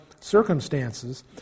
circumstances